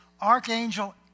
archangel